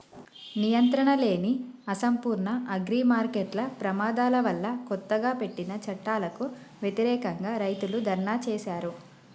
నియంత్రణలేని, అసంపూర్ణ అగ్రిమార్కెట్ల ప్రమాదాల వల్లకొత్తగా పెట్టిన చట్టాలకు వ్యతిరేకంగా, రైతులు ధర్నా చేశారు